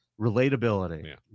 Relatability